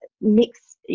mix